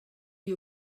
you